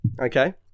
okay